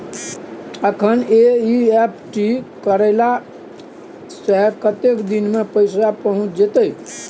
अखन एन.ई.एफ.टी करला से कतेक दिन में पैसा पहुँच जेतै?